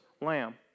lamb